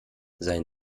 seien